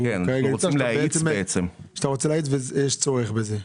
שאתה רוצה להאיץ ויש צורך בזה.